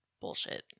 bullshit